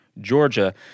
Georgia